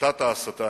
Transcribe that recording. הפחתת ההסתה,